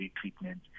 treatment